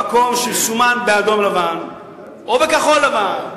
במקום שסומן באדום-לבן או בכחול-לבן.